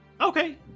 okay